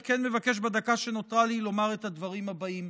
אני כן מבקש בדקה שנותרה לי לומר את הדברים הבאים.